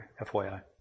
FYI